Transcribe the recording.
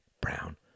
brown